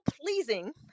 pleasing